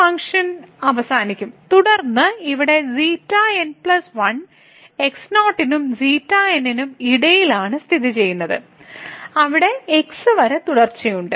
നമ്മൾ ഈ ഫങ്ക്ഷൽ അവസാനിക്കും തുടർന്ന് ഇവിടെ ξn 1 x0 നും ξn നും ഇടയിലാണ് സ്ഥിതിചെയ്യുന്നത് അവിടെ x വരെ തുടർച്ചയുണ്ട്